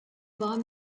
war